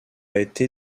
été